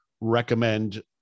recommend